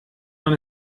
man